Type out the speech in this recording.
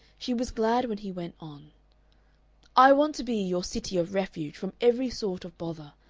she was glad when he went on i want to be your city of refuge from every sort of bother.